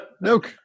Nope